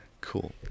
cool